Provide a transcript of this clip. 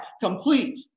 complete